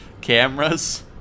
cameras